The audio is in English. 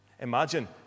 Imagine